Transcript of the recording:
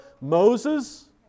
Moses